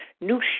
new